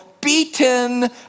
beaten